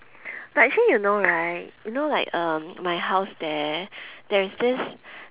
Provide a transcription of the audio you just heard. but actually you know right you know like um my house there there is this